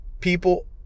people